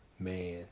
man